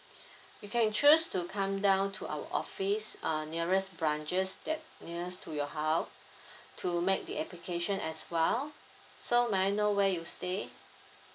you can choose to come down to our office uh nearest branches that's nearest to your house to make the application as well so may I know where you stay